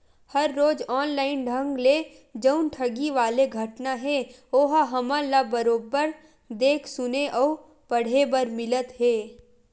हर रोज ऑनलाइन ढंग ले जउन ठगी वाले घटना हे ओहा हमन ल बरोबर देख सुने अउ पड़हे बर मिलत हे